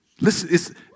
Listen